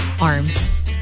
arms